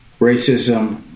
racism